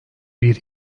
bir